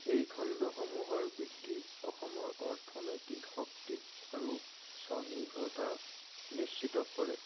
এই খণ্ডসমূহৰ বৃদ্ধি অসমৰ অৰ্থনৈতিক শক্তি আৰু স্বনিৰ্ভৰতা নিশ্চিত কৰে